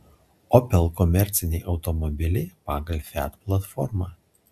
opel komerciniai automobiliai pagal fiat platformą